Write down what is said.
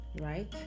right